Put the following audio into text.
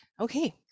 okay